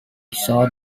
saw